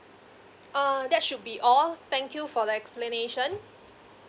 uh that should be all thank you for the explanation